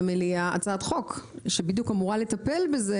למליאה הצעת חוק שבדיוק אמורה לטפל בזה